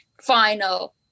final